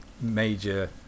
major